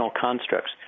constructs